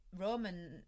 Roman